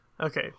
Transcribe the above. Okay